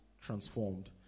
transformed